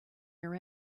your